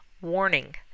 Warning